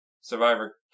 survivor